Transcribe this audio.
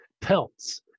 Pelts